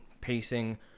pacing